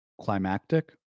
climactic